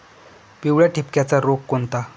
पिवळ्या ठिपक्याचा रोग कोणता?